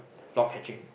block catching